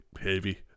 heavy